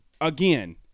Again